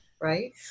right